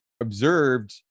observed